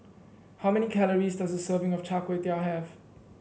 how many calories does a serving of Char Kway Teow have